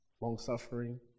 long-suffering